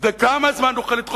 וכמה זמן נוכל להמשיך לבזבז,